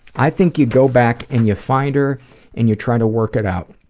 i think you go back and you find her and you try to work it out.